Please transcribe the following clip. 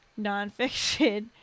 nonfiction